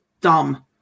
dumb